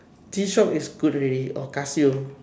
G-shock is good already or Casino